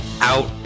out